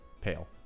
Pale